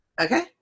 Okay